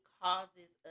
causes